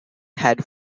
had